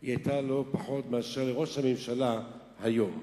היה לא פחות מאשר לראש הממשלה היום.